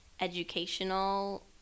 educational